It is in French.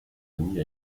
ami